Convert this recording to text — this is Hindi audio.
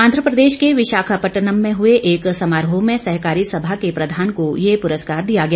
आंध्रप्रदेश के विशाखापटनम में हुए एक समारोह में सहकारी सभा के प्रधान को ये पुरस्कार दिया गया